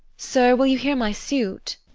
sir, will you hear my suit?